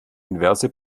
inverse